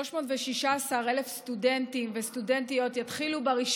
316,000 סטודנטים וסטודנטיות יתחילו ב-1